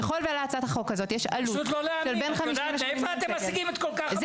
ככל שלהצעת החוק הזאת יש עלות בין 50 ל-80